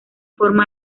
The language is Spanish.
forma